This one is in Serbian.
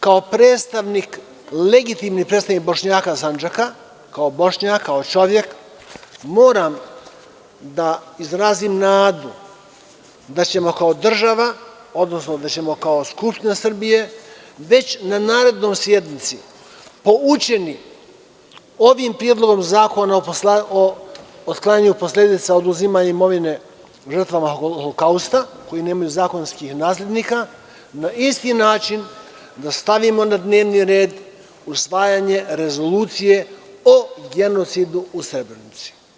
Kao legitimni predstavnik Bošnjaka iz Sancaka, kao Bošnjak, kao čovek, moram da izrazim nadu da ćemo kao država, odnosno da ćemo kao Skupština Srbije, već na narednoj sednici, poučeni ovim Predlogom zakona o otklanjanju posledica oduzimanja imovine žrtvama Holokausta koji nemaju zakonskih naslednika, na isti način da stavimo na dnevni red – Usvajanje rezolucije o genocidu u Srebrenici.